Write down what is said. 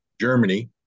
germany